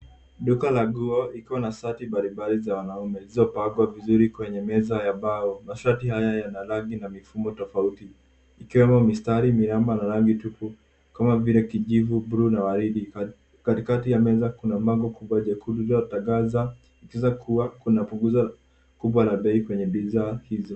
Duka la nguo likiwa na shati mbalimbali za wanaume zilizopangwa vizuri kwenye meza ya mbao. Mashati haya yana rangi na mifumo tofauti. Ikiwemo, mistari, miraba na rangi tupu kama vile kijivu, buluu na waridi. Katikati ya meza kuna nembo kubwa jekundu linalotangaza kuwa kuna punguza kubwa ya bei kwenye bidhaa hizo.